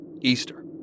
Easter